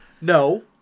No